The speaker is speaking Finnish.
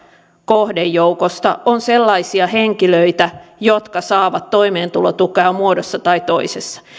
kohdejoukosta on sellaisia henkilöitä jotka saavat toimeentulotukea muodossa tai toisessa